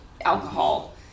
alcohol